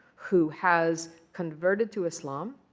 who has converted to islam.